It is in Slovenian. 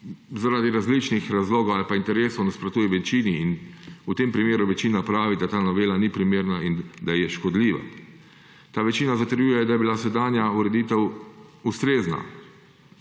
zaradi različnih razlogov ali interesov nasprotuje večini. V tem primeru večina pravi, da ta novela ni primerna in da je škodljiva. Ta večina zatrjuje, da je bila sedanja ureditev ustrezna.